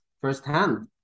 firsthand